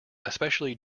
especially